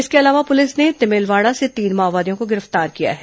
इसके अलावा पुलिस ने तिमेलवाड़ा से तीन माओवादियों को गिरफ्तार किया है